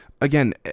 Again